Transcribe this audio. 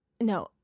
No